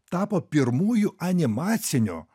tapo pirmųjų animacinių